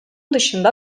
dışında